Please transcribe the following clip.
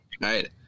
Right